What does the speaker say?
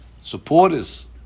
supporters